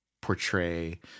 portray